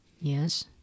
Yes